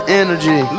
energy